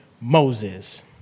Moses